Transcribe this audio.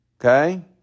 Okay